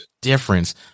difference